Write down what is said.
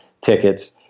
tickets